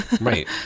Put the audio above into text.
Right